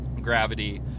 gravity